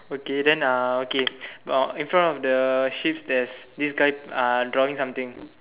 okay then uh okay uh in front of the sheeps there's this guy drawing something